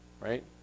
right